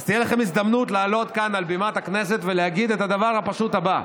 אז תהיה לכם הזדמנות לעלות כאן על בימת הכנסת ולהגיד את הדבר הפשוט הבא: